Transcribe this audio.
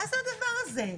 מה זה הדבר הזה?